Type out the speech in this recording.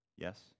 Yes